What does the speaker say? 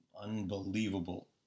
unbelievable